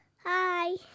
Hi